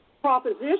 proposition